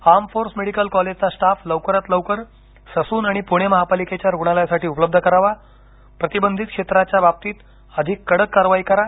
arm force medical कॉलेजचा staff लवकरात लवकर ससून आणि पुणे महापालिकेच्या रूग्णालयासाठी उपलब्ध करावा प्रतिबंधित क्षेत्राच्या बाबतीत अधिक कडक कारवाई करा